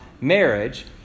marriage